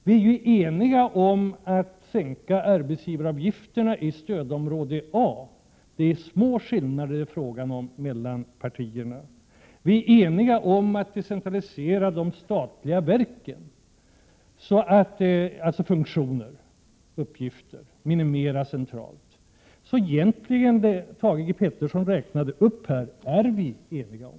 Vi är eniga om att sänka arbetsgivaravgifterna i stödområde A. Det är små skillnader det är fråga om mellan partierna. Vi är eniga om att decentralisera verksamheten inom de statliga verken. Så det Thage G Peterson räknade upp är vi egentligen eniga om.